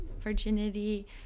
virginity